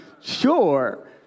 sure